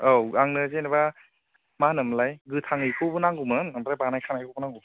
औ आंनो जेन'बा मा होनोमोनलाय गोथाङै खौबो नांगौमोन ओमफ्राय बानायखानायखौबो नांगौमोन